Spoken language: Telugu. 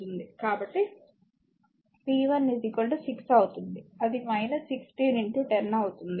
కాబట్టి p1 6 అవుతుంది అది 16 10 అవుతుంది